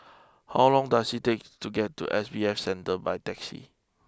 how long does it take to get to S B F Center by taxi